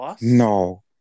no